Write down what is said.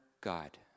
God